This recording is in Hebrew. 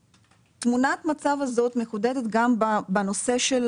תמונת המצב הזאת מחודדת גם בנושא של